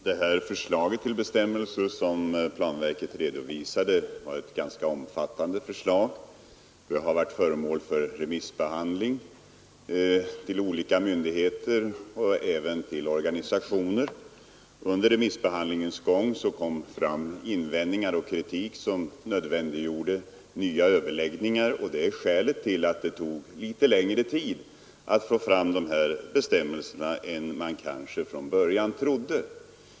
Herr talman! Det förslag till bestämmelser som planverket redovisade var ganska omfattande. Det har varit föremål för remissbehandling hos olika myndigheter och även organisationer. Under remissbehandlingens gång kom det fram invändningar och kritik som nödvändiggjorde nya överläggningar, och det är skälet till att det tog litet längre tid att få fram de här bestämmelserna än man kanske från början trodde.